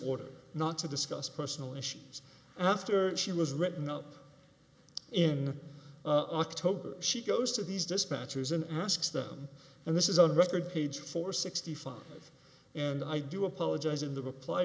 order not to discuss personal issues after she was written up in october she goes to these dispatches in and asks them and this is on record page for sixty five and i do apologize in the reply